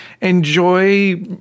enjoy